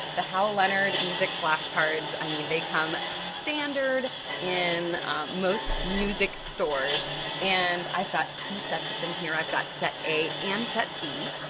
the hal leonard music flashcards, i mean they come standard in most music stores and i've got two sets of them here, i've got set a and set b.